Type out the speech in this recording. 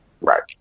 Right